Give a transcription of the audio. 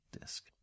disk